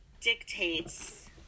dictates